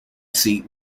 seat